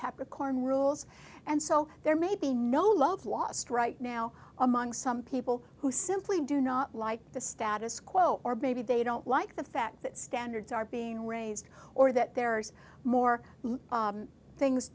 capricorn rules and so there may be no love lost right now among some people who simply do not like the status quo or maybe they don't like the fact that standards are being raised or that there are more things